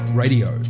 radio